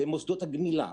במוסדות הגמילה,